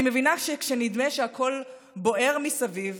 אני מבינה שכשנדמה שהכול בוער מסביב,